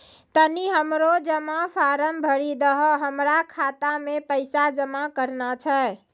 तनी हमरो जमा फारम भरी दहो, हमरा खाता मे पैसा जमा करना छै